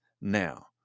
now